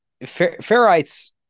Ferrites